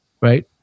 right